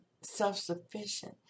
self-sufficient